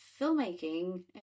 filmmaking